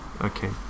Okay